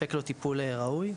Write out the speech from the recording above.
לספק לול טיפול ראוי.